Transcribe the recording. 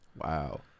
Wow